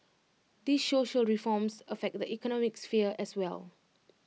these social reforms affect the economic sphere as well